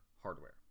hardware